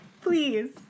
Please